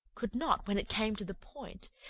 could not, when it came to the point,